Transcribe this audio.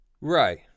Right